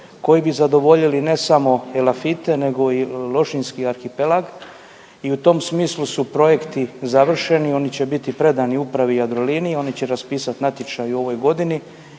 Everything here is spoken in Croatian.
koji bi zadovoljili ne samo Elafite nego i Lošinjski arhipelag i u tom smislu su projekti završeni i oni će biti predani Upravi Jadrolinije, oni će raspisati natječaj u ovoj godini